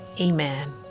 Amen